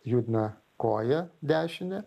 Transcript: judina koją dešinę